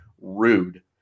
rude